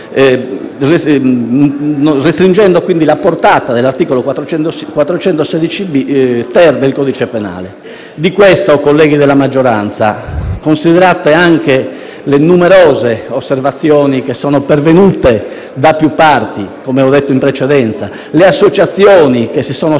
restringendo la portata dell'articolo 416-*ter* del codice penale. Colleghi della maggioranza, considerate anche le numerose osservazioni pervenute da più parti - come ho detto in precedenza - e le associazioni che si sono sollevate